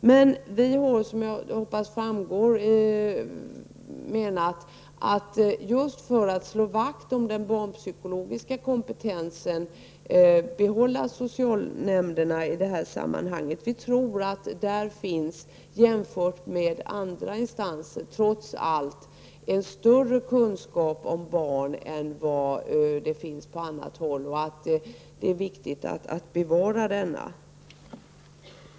Men vi har, som jag hoppas framgår, menat att vi just för att slå vakt om den barnpsykologiska kompetensen skall behålla socialnämnderna i det här sammanhanget. Vi tror att där trots allt finns större kompetens om barn än vad det finns på annat håll, och att det är viktigt att bevara denna kompetens.